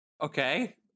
Okay